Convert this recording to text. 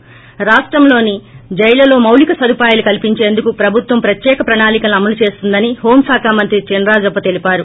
ప్ర రాష్టంలోని జైళ్లలో మాలిక సదుపాయాలు కల్పించేందుకు ప్రభుత్వం ప్రత్యేక ప్రణాళికలను అమలు చేస్తోందని హోం శాఖ మంత్రి చినరాజప్ప తెలిపారు